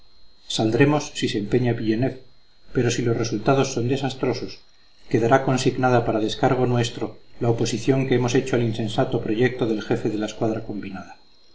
saldremos si se empeña villeneuve pero si los resultados son desastrosos quedará consignada para descargo nuestro la oposición que hemos hecho al insensato proyecto del jefe de la escuadra combinada